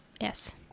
Yes